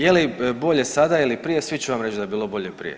Je li bolje sada ili prije, svi će vam reći da je bilo bolje prije.